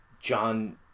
John